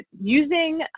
using –